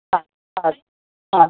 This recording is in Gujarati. હાં સારું હાં